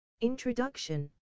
Introduction